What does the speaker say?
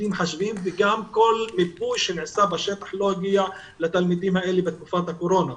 כל מיפוי שנעשה בשטח לא הגיע לתלמידים האלה בתקופת הקורונה.